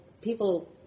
people